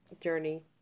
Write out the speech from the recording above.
journey